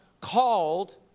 called